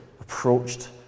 approached